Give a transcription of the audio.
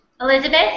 Elizabeth